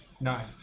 Nine